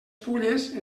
fulles